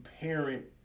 parent